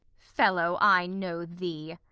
fellow, i know thee.